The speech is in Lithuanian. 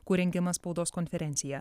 kur rengiama spaudos konferencija